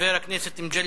חבר הכנסת מגלי